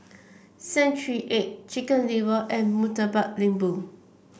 Century Egg Chicken Liver and Murtabak Lembu